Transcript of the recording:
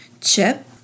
Chip